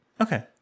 Okay